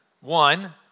One